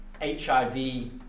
HIV